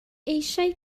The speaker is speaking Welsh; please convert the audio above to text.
eisiau